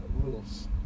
rules